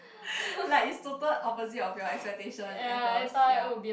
like is total opposite of your expectation at first yea